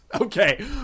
Okay